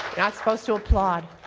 not supposed to applaud.